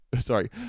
sorry